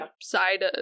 side